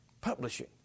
Publishing